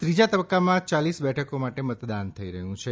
ત્રીજા તબક્કામાં ચાલીસ બેઠકો માટે મતદાન થઈ રહ્યું છે